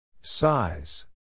Size